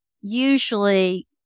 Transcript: usually